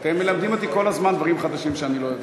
אתם מלמדים אותי כל הזמן דברים חדשים שאני לא יודע.